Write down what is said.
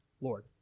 Lord